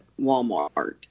Walmart